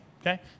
okay